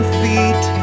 feet